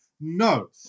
No